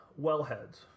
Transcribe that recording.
wellheads